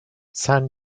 san